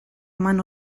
eman